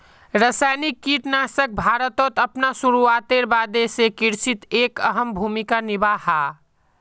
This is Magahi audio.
रासायनिक कीटनाशक भारतोत अपना शुरुआतेर बाद से कृषित एक अहम भूमिका निभा हा